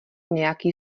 nějaký